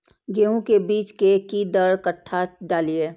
गेंहू के बीज कि दर कट्ठा डालिए?